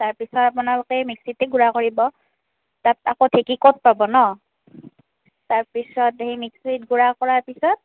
তাৰপিছত আপোনালোকে মিক্সিতে গুৰা কৰিব তাত আকৌ ঢেঁকী ক'ত পাব ন তাৰ পিছত সেই মিক্সিত গুৰা কৰাৰ পিছত